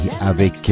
avec